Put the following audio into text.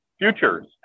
futures